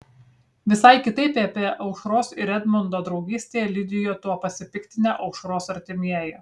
visai kitaip apie aušros ir edmundo draugystę liudijo tuo pasipiktinę aušros artimieji